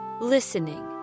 Listening